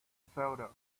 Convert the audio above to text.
photo